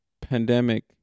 Pandemic